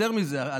יותר מזה,